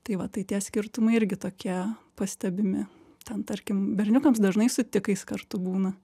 tai va tai tie skirtumai irgi tokie pastebimi ten tarkim berniukams dažnai su tikais kartu būna